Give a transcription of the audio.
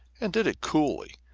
and did it coolly,